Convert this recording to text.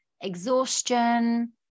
exhaustion